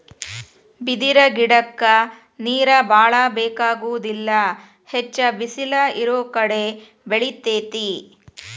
ಬಿದಿರ ಗಿಡಕ್ಕ ನೇರ ಬಾಳ ಬೆಕಾಗುದಿಲ್ಲಾ ಹೆಚ್ಚ ಬಿಸಲ ಇರುಕಡೆ ಬೆಳಿತೆತಿ